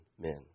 men